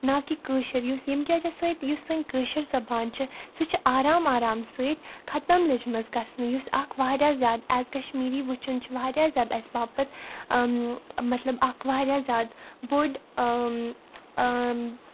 نا کہِ کٲشُر یُس ییٚمہِ کہِ وَجہ سۭتۍ یُس سٲنۍ کٲشِر زَبان چھِ سُہ چھِ آرام آرام سۭتۍ ختم لٔجمٕژ گَژھنہٕ یُس اَکھ واریاہ زیادٕ ایز کَشمیٖری وٕچھُن چھُ واریاہ زیادٕ اَسہِ باپَتھ مطلب اَکھ واریاہ زیادٕ بوٚڈ